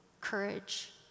courage